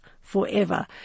forever